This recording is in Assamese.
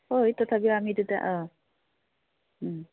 হয় তথাপিও আমি তেতিয়া অঁ